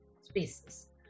spaces